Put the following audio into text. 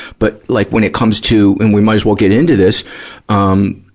but, like, when it comes to and we might as well get into this um,